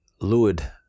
lured